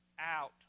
out